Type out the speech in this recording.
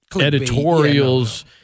editorials